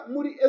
Muri